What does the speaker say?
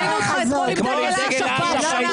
ראינו אותך אתמול עם דגל אש"ף בהפגנה.